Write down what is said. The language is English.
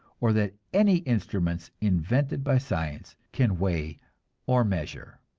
or that any instruments invented by science can weigh or measure.